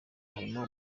harimo